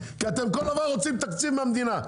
כי על כל דבר אתם רוצים תקציב מהמדינה,